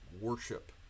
worship